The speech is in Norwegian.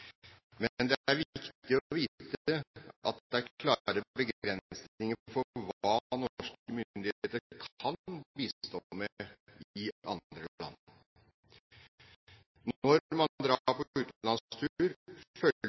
Men det er viktig å vite at det er klare begrensninger for hva norske myndigheter kan bistå med i andre land. Når man